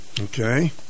Okay